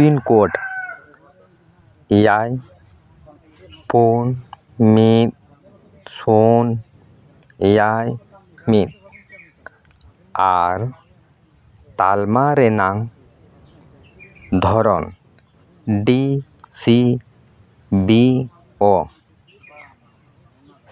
pin code ᱮᱭᱟᱭ ᱯᱩᱱ ᱢᱤᱫ ᱥᱩᱱ ᱮᱭᱟᱭ ᱢᱤᱫ ᱟᱨ ᱛᱟᱞᱢᱟ ᱨᱮᱱᱟᱜ ᱫᱷᱚᱨᱚᱱ ᱰᱤ ᱥᱤ ᱵᱤ ᱳ